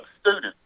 students